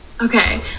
Okay